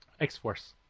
X-Force